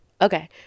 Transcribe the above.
Okay